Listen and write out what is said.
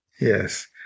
Yes